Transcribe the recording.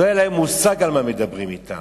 לא היה להם מושג על מה מדברים אתם.